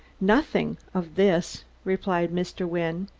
nothing of this, replied mr. wynne.